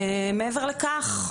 מעבר לכך,